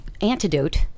Antidote